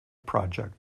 project